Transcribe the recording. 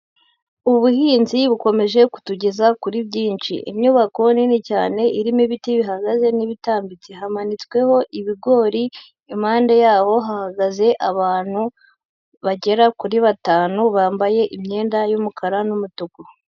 Ubuhinzi bukomeje kutugeza kuri byinshi, inyubako nini cyane irimo ibiti bihagaze n'ibitambitse hamanitsweho ibigori impande y'aho hahagaze abantu bagera kuri batanu bambaye imyenda y'umukara n'umutuku.